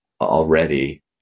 already